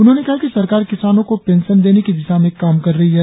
उन्होंने कहा कि सरकार किसानों को पेंशन देने की दिशा में काम कर रही है